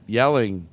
yelling